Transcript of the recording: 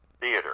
Theater